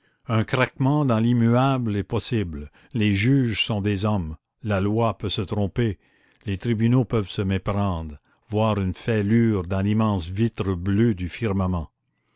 un craquement dans l'immuable est possible les juges sont des hommes la loi peut se tromper les tribunaux peuvent se méprendre voir une fêlure dans l'immense vitre bleue du firmament